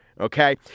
okay